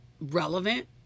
relevant